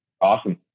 Awesome